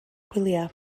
gwyliau